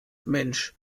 mensch